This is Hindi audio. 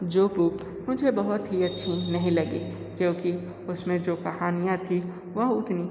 जो बुक मुझे बहुत ही अच्छी नहीं लगी क्योंकि उसमें जो कहानियाँ थी वह उतनी